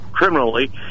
criminally